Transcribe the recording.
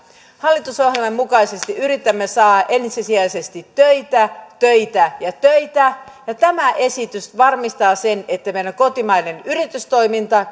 hallitusohjelman mukaisesti yritämme saada ensisijaisesti töitä töitä ja töitä ja tämä esitys varmistaa sen että meidän kotimainen yritystoiminta